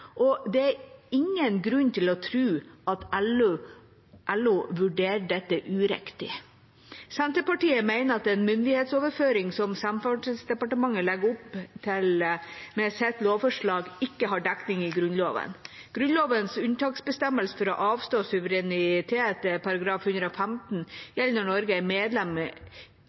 og det er ingen grunn til å tro at LO vurderer dette uriktig. Senterpartiet mener at den myndighetsoverføringen som Samferdselsdepartementet legger opp til med sitt lovforslag, ikke har dekning i Grunnloven. Grunnlovens unntaksbestemmelse for å avstå suverenitet i § 115 gjelder når Norge er medlem,